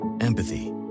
Empathy